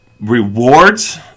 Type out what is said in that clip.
rewards